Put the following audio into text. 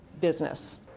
business